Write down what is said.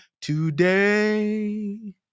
today